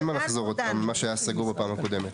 אין מה לחזור עוד פעם על מה שהיה סגור בפעם הקודמת.